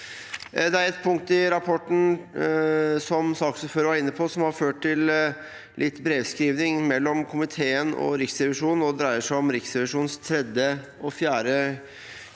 Det er et punkt i rapporten som saksordføreren var inne på, som har ført til litt brevskriving mellom komiteen og Riksrevisjonen, og det dreier seg om Riksrevisjonens tredje og fjerde